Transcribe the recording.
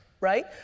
right